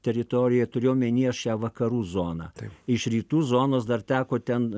teritorijoj turiu omeny aš šią vakarų zoną iš rytų zonos dar teko ten